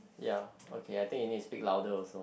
ya okay I think you need to speak louder also